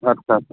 आस्सा